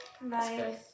Nice